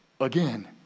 Again